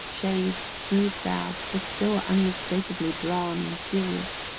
shaved, smoothed-out, but still unmistakably drawn and serious.